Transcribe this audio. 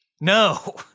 No